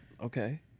Okay